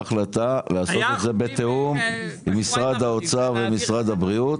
החלטה לעשות את זה בתיאום עם משרד האוצר ומשרד הבריאות,